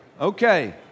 Okay